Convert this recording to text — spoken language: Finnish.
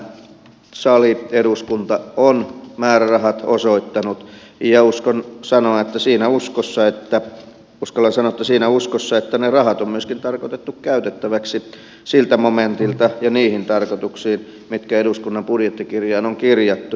kuitenkin tämä sali eduskunta on määrärahat osoittanut ja uskon sanoa että siinä uskossa näin uskallan sanoa siinä uskossa että ne rahat on myöskin tarkoitettu käytettäväksi siltä momentilta ja niihin tarkoituksiin mitkä eduskunnan budjettikirjaan on kirjattu